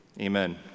Amen